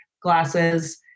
glasses